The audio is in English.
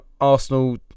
Arsenal